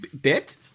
Bit